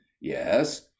Yes